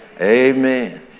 Amen